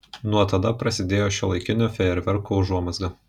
nuo tada prasidėjo šiuolaikinių fejerverkų užuomazga